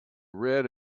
red